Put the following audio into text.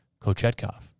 Kochetkov